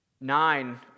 Nine